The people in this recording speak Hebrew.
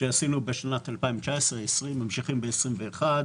שעשינו בשנים 2019 2020 וממשיכים ב-2021.